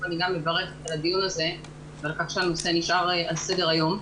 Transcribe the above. אני מברכת על הדיון הזה ועל כך שהנושא נשאר על סדר היום.